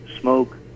smoke